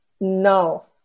No